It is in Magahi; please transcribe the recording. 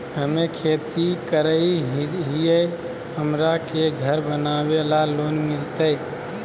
हमे खेती करई हियई, हमरा के घर बनावे ल लोन मिलतई?